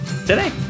today